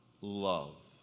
love